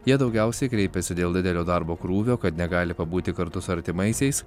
jie daugiausiai kreipiasi dėl didelio darbo krūvio kad negali pabūti kartu su artimaisiais